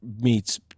meets